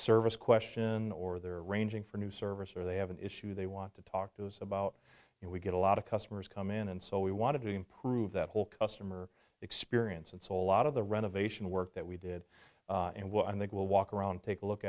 service question or they're arranging for a new service or they have an issue they want to talk to us about and we get a lot of customers come in and so we wanted to improve that whole customer experience and so a lot of the renovation work that we did and what i think will walk around take a look